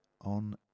on